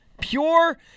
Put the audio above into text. Pure